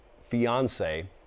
fiance